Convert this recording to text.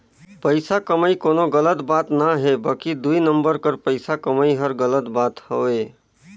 पइसा कमई कोनो गलत बात ना हे बकि दुई नंबर कर पइसा कमई हर गलत बात हवे